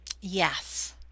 yes